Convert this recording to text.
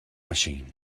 machine